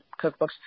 cookbooks